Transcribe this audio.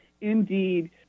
Indeed